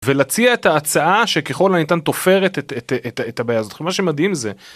ולהציע את ההצעה שככל הניתן תופרת את הבעיה הזאת, מה שמדהים זה.